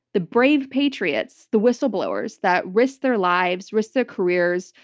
the brave patriots, the whistleblowers that risked their lives, risked their careers,